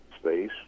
space